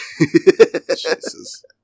Jesus